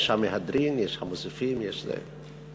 יש המהדרין, יש המוסיפין, יש זה.